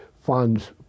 funds